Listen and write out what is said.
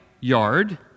yard